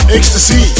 Ecstasy